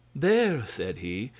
there, said he,